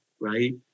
right